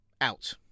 out